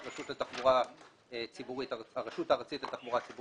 שם יש את הרשות הארצית לתחבורה ציבורית.